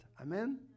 Amen